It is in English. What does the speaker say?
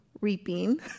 reaping